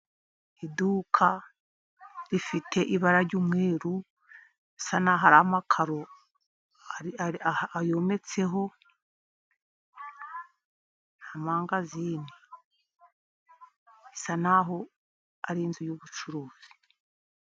Iduka rifite ibara ry'umweru asa naho ari amakaro yometseho, amangazini bisa naho ari inzu y'ubucuruzi.